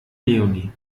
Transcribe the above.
leonie